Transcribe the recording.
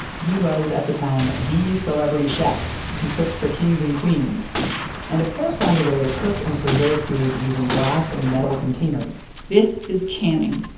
he was at the time the celebrity chef, he cooked for kings and queens and appert found a way to cook and preserve food using glass and metal containers this is canning,